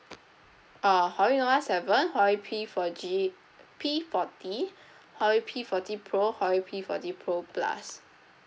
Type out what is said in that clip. uh Huawei nova seven Huawei P four G P forty Huawei P forty pro Huawei P forty pro plus